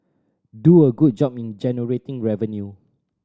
do a good job in generating revenue